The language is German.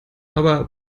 aber